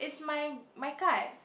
it's my my card